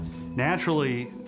Naturally